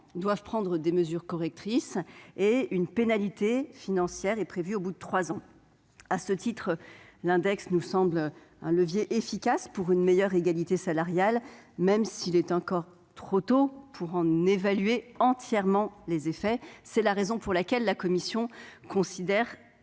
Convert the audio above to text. doivent prendre des mesures correctrices ; une pénalité financière est prévue au bout de trois ans. Cet index est à nos yeux un levier efficace en faveur d'une meilleure égalité salariale, même s'il est encore trop tôt pour en évaluer pleinement les effets. C'est pourquoi la commission considère